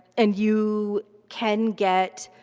and you can get